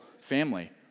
family